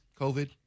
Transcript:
COVID